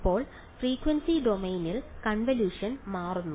അപ്പോൾ ഫ്രീക്വൻസി ഡൊമെയ്നിൽ കൺവല്യൂഷൻ മാറുന്നു